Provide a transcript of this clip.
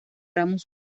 ramos